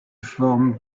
formes